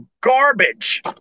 garbage